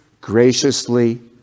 graciously